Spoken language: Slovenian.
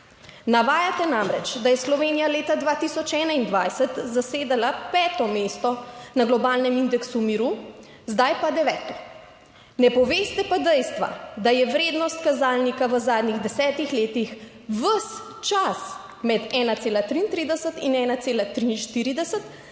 Navajate namreč, da je Slovenija leta 2021 zasedala peto mesto na globalnem indeksu miru, zdaj pa deveto. Ne poveste pa dejstva, da je vrednost kazalnika v zadnjih desetih letih ves čas med 1,33 in 1,43